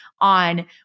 on